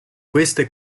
queste